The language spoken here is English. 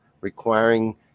requiring